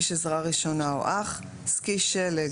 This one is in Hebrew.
סקי שלג